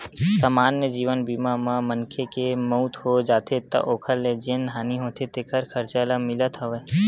समान्य जीवन बीमा म मनखे के मउत हो जाथे त ओखर ले जेन हानि होथे तेखर खरचा ह मिलथ हव